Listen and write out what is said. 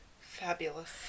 fabulous